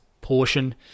portion